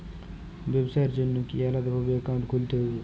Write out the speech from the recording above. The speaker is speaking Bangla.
ব্যাবসার জন্য কি আলাদা ভাবে অ্যাকাউন্ট খুলতে হবে?